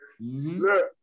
look